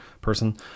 person